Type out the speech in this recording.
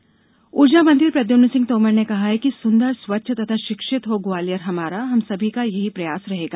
तोमर ऊर्जा मंत्री प्रद्यम्न सिंह तोमर ने कहा है कि सुंदर स्वच्छ तथा शिक्षित हो ग्वालियर हमारा हम सभी का यही प्रयास रहेगा